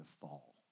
fall